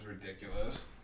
ridiculous